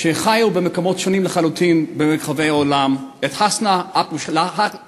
שחיו במקומות שונים לחלוטין ברחבי העולם: חאסנה אייט בולאשן,